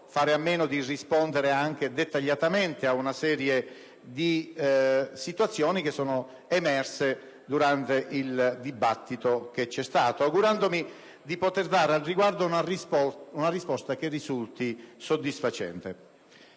fare a meno di rispondere dettagliatamente a una serie di considerazioni che sono emerse durante il dibattito che c'è stato, augurandomi di poter dare al riguardo una risposta che risulti soddisfacente.